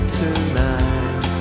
tonight